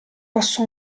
passò